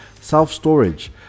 self-storage